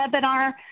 webinar